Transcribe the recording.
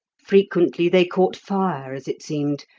frequently they caught fire, as it seemed,